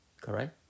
Correct